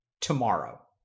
tomorrow